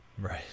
Right